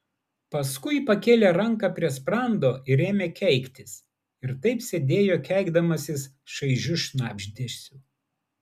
paskui pakėlė ranką prie sprando ir ėmė keiktis ir taip sėdėjo keikdamasis šaižiu šnabždesiu